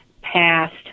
passed